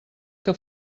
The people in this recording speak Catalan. que